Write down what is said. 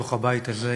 מתוך הבית הזה,